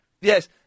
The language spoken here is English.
yes